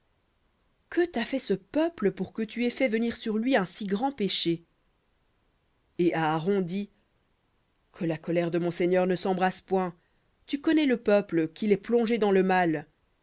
que t'a fait ce peuple pour que tu aies fait venir sur lui un si grand péché et aaron dit que la colère de mon seigneur ne s'embrase point tu connais le peuple qu'il est dans le mal